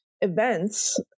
events